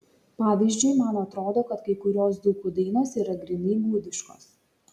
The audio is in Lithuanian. pavyzdžiui man atrodo kad kai kurios dzūkų dainos yra grynai gudiškos